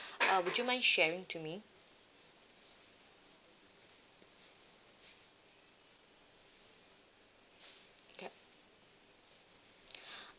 uh would you mind sharing to me yup